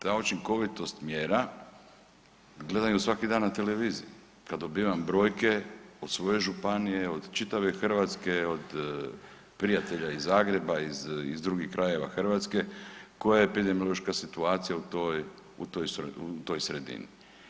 Ta učinkovitost mjera gledam je svaki dan na televiziji kad dobivam brojke od svoje županije, od čitave Hrvatske, od prijatelja iz Zagreba, iz drugih krajeva Hrvatske koja je epidemiološka situacija u toj sredini.